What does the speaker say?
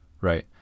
Right